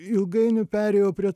ilgainiui perėjau prie